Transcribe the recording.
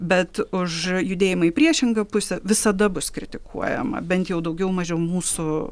bet už judėjimą į priešingą pusę visada bus kritikuojama bent jau daugiau mažiau mūsų